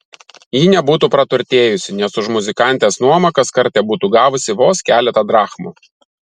ji nebūtų praturtėjusi nes už muzikantės nuomą kaskart tebūtų gavusi vos keletą drachmų